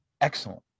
excellent